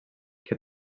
que